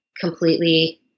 completely